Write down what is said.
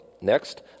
Next